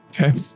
Okay